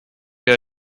your